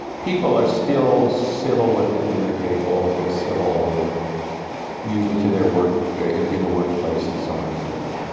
people are still civil at the dinner table, they're civil usually to their work, in in the workplace and so on and so forth.